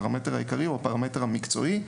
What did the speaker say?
הפרמטר העיקרי הוא הפרמטר המקצועי,